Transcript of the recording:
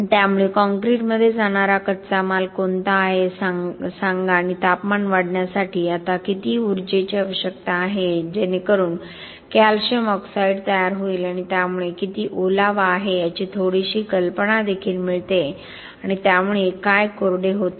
त्यामुळे कॉंक्रिटमध्ये जाणारा कच्चा माल कोणता आहे हे सांगा आणि तापमान वाढवण्यासाठी आता किती उर्जेची आवश्यकता आहे जेणेकरून कॅल्शियम ऑक्साईड तयार होईल आणि त्यामुळे किती ओलावा आहे याची थोडीशी कल्पना देखील मिळते आणि त्यामुळे काय कोरडे होते